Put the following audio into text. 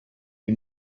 die